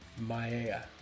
Maya